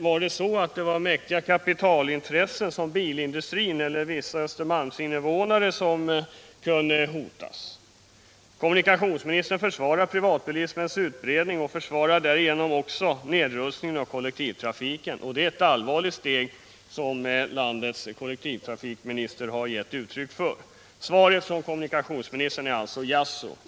Var det så att mäktiga kapitalintressen, som bilindustrin, eller vissa Östermalmsinvånare var hotade? Kommunikationsministern försvarade privatbilismens utbredning och försvarade därigenom också nedrustningen av kollektivtrafiken. Det är en allvarlig inställning som landets kollektivtrafik minister har gett uttryck för. Svaret från kommunikationsministern är alltså jaså.